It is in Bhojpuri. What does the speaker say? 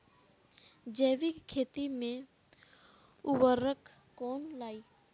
जैविक खेती मे उर्वरक कौन लागी?